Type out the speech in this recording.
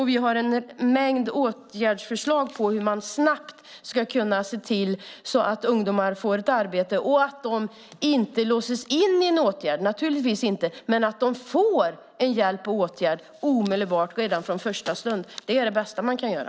Vi har en mängd förslag på åtgärder för att snabbt se till att ungdomar får ett arbete. De ska inte låsas in i en åtgärd, men de ska få hjälp från första stund. Det är det bästa man kan göra.